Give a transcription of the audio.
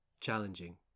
challenging